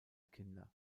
kinder